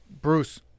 Bruce